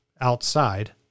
outside